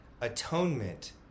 atonement